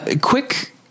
Quick